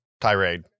Tirade